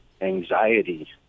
anxiety